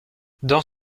dans